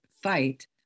fight